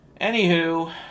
Anywho